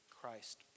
Christ